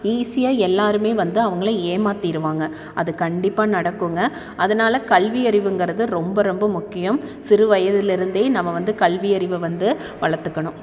ஈஸியாக எல்லாேருமே வந்து அவங்களை ஏமாற்றிருவாங்க அது கண்டிப்பாக நடக்குதுங்க அதனால கல்வியறிவுங்கிறது ரொம்ப ரொம்ப முக்கியம் சிறுவயதில் இருந்தே நம்ம வந்து கல்வியறிவை வந்து வளர்த்துக்கணும்